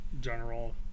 general